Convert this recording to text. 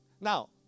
Now